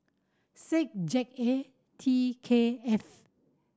six Z A T K F